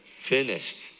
finished